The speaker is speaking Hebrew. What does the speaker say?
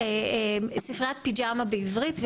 ספריית פיג'מה בעברית,